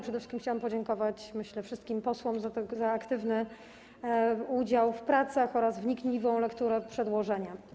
Przede wszystkim chciałam podziękować wszystkim posłom za aktywny udział w pracach oraz wnikliwą lekturę przedłożenia.